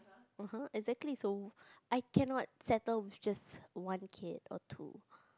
uh-huh exactly so I cannot settle with just one kid or two